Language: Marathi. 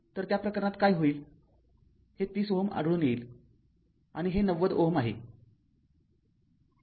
तर त्या प्रकरणात काय होईल हे ३० Ω आढळून येईल आणि हे ९० Ω आहे